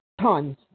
tons